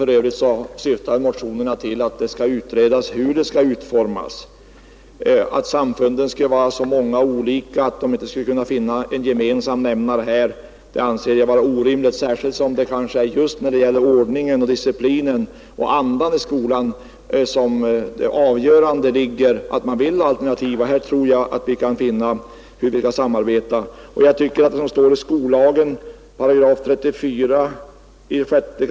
För övrigt syftar motionerna till att det skall utredas hur en sådan skola skall utformas. Att samfunden skulle vara så många och olika att de inte skulle finna en gemensam nämnare härvidlag anser jag vara orimligt, särskilt som det är ordningen och disciplinen och andan i skolan som är de avgörande motiven för en alternativ skola. Jag tror alltså att vi skall kunna finna former för samarbetet. Vi har ju tänkt följa skollagens 6 kap. 34 8.